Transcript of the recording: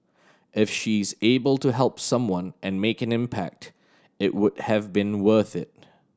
if she is able to help someone and make an impact it would have been worth it